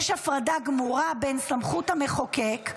יש הפרדה גמורה בין סמכות המחוקק,